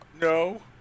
No